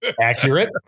Accurate